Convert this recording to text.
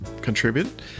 contribute